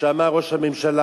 כמו שאמר ראש הממשלה,